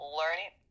learning